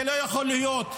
זה לא יכול להיות.